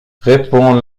répond